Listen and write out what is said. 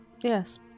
Yes